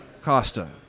Costa